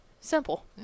simple